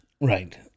Right